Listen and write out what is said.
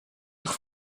nog